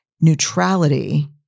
neutrality